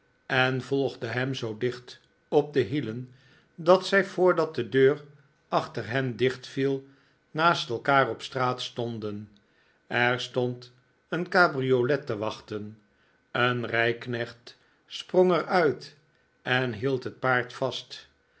en volgde hem zoo dicht op de hielen dat zij voordat de deur achter hen dichtviel naast elkaar op straat stonden er stond een cabriolet te wachten een rijknecht sprong r uit en hield het paard vast